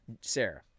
Sarah